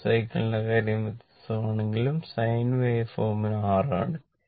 half സൈക്കിളിന്റെ കാര്യം വ്യത്യസ്തമാണെങ്കിലും സൈൻ വേവ്ഫോമിന് r ആണ്